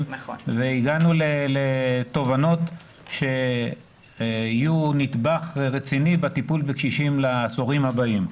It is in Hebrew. והגענו לתובנות שיהיו נדבך רציני בטיפול בקשישים לעשורים הבאים.